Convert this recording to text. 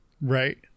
Right